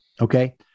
Okay